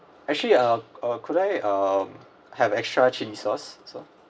actually um uh could I um have extra chili sauce also